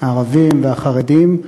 הערבים והחרדים.